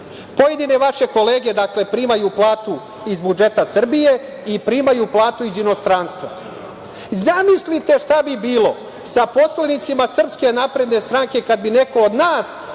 Pojedine vaše kolege primaju platu iz budžeta Srbije i primaju platu iz inostranstva. Zamislite šta bi bilo sa poslanicima SNS kada bi neko od nas